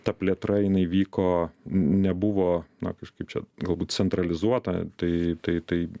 ta plėtra jinai vyko nebuvo na kažkaip čia galbūt centralizuota tai tai tai